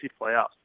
playoffs